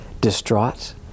distraught